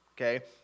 Okay